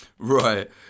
Right